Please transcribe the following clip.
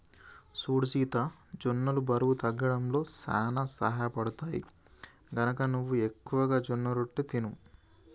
సూడు సీత జొన్నలు బరువు తగ్గడంలో సానా సహయపడుతాయి, గనక నువ్వు ఎక్కువగా జొన్నరొట్టెలు తిను